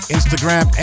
Instagram